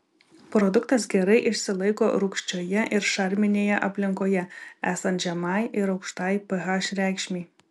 produktas gerai išsilaiko rūgščioje ir šarminėje aplinkoje esant žemai ir aukštai ph reikšmei